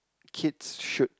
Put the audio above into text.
kids should